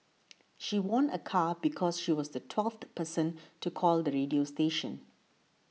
she won a car because she was the twelfth person to call the radio station